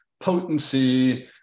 potency